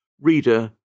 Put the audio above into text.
Reader